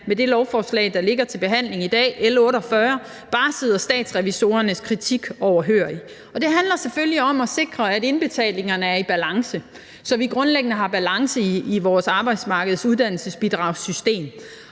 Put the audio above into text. med det lovforslag, der ligger til behandling i dag, L 48, bare sidder Statsrevisorernes kritik overhørig. Det handler selvfølgelig om at sikre, at indbetalingerne er i balance, så vi grundlæggende har balance i vores arbejdsmarkedsuddannelsesbidragssystem.